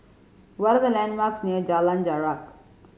what are the landmarks near Jalan Jarak